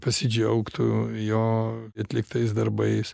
pasidžiaugtų jo atliktais darbais